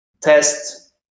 test